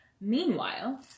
Meanwhile